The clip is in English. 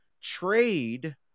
trade